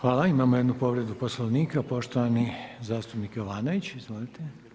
Hvala imamo jednu povredu poslovnika, poštovani zastupnik Jovanović, izvolite.